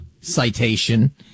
citation